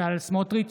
בצלאל סמוטריץ'